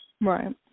Right